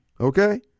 Okay